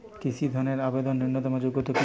কৃষি ধনের আবেদনের ন্যূনতম যোগ্যতা কী?